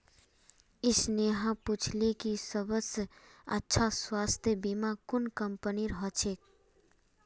स्नेहा पूछले कि सबस अच्छा स्वास्थ्य बीमा कुन कंपनीर ह छेक